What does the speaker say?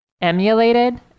emulated